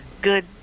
good